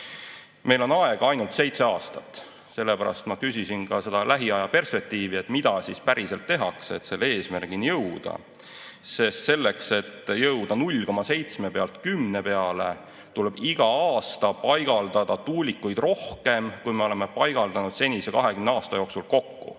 Meil on aega ainult seitse aastat. Sellepärast ma küsisin ka lähiaja perspektiivi kohta, et mida siis päriselt tehakse, et selle eesmärgini jõuda. Selleks, et jõuda 0,7 pealt 10 peale, tuleb iga aasta paigaldada tuulikuid rohkem, kui me oleme paigaldanud senise 20 aasta jooksul kokku.